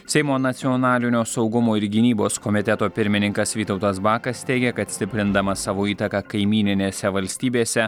seimo nacionalinio saugumo ir gynybos komiteto pirmininkas vytautas bakas teigia kad stiprindama savo įtaką kaimyninėse valstybėse